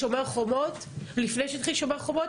בשומר חומות או לפני שהתחיל שומר חומות,